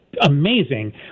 amazing